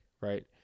right